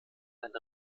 eine